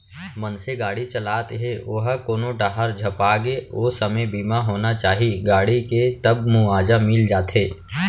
मनसे गाड़ी चलात हे ओहा कोनो डाहर झपागे ओ समे बीमा होना चाही गाड़ी के तब मुवाजा मिल जाथे